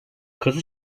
kazı